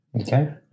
Okay